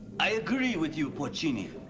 i agree with you, porcini.